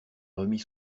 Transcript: remit